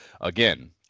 again